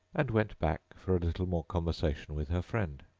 and went back for a little more conversation with her friend.